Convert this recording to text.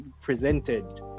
presented